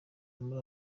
muri